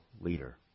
leader